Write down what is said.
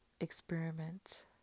Experiment